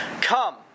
Come